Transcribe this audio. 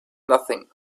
nothing